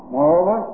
Moreover